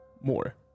More